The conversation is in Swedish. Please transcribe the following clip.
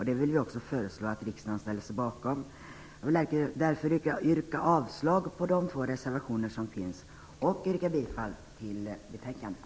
Det föreslår vi också att riksdagen ställer sig bakom. Jag yrkar således avslag på de två reservationer som finns här samt bifall till hemställan i betänkandet.